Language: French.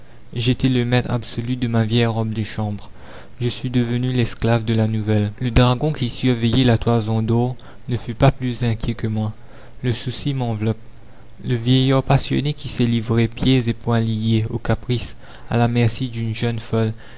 j'étais le maître absolu de ma vieille robe de chambre je suis devenu l'esclave de la nouvelle le dragon qui surveillait la toison d'or ne fut pas plus inquiet que moi le souci m'enveloppe le vieillard passionné qui s'est livré pieds et poings liés aux caprices à la merci d'une jeune folle